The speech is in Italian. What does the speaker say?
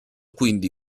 quindi